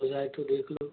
हो जाए तो देख लो